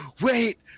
wait